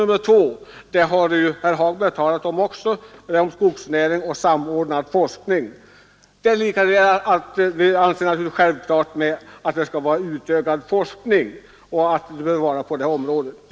Herr Hagberg har talat om reservationen 2 om skogsnäringen och om samordnad forskning. Också vi anser det vara självklart att det behövs en utökad forskning på detta område.